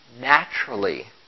naturally